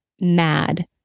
mad